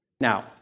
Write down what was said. Now